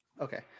Okay